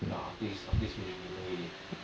ya after this after this finish I need I need to leave